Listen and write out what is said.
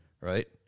right